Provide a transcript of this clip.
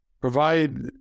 provide